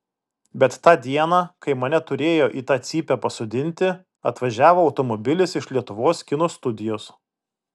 bet tą dieną kai mane turėjo į tą cypę pasodinti atvažiavo automobilis iš lietuvos kino studijos